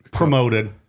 Promoted